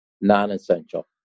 non-essential